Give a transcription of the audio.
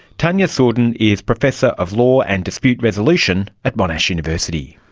tania sourdin is professor of law and dispute resolution at monash university.